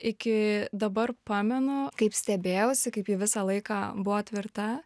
iki dabar pamenu kaip stebėjausi kaip ji visą laiką buvo tvirta